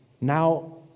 Now